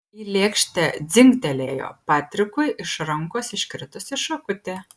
į lėkštę dzingtelėjo patrikui iš rankos iškritusi šakutė